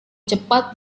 cepat